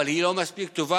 אבל היא לא מספיק טובה.